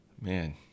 man